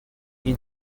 این